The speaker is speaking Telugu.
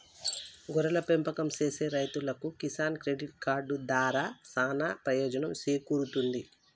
గొర్రెల పెంపకం సేసే రైతన్నలకు కిసాన్ క్రెడిట్ కార్డు దారా సానా పెయోజనం సేకూరుతుంది